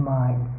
mind